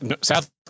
South